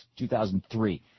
2003